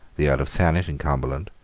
the earl of thanet in cumberland,